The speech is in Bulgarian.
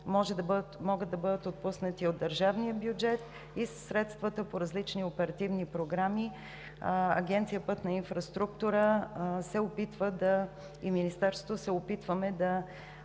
могат да бъдат отпуснати от държавния бюджет, и със средствата по различни оперативни програми Агенция „Пътна инфраструктура“ и Министерството се опитваме да